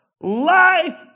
Life